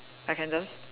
I can just